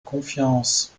confiance